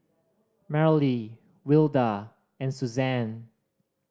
Merrilee Wilda and Suzanne